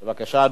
בבקשה,